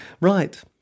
Right